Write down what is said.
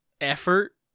effort